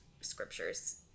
scriptures